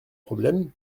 problème